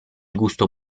gusto